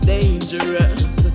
Dangerous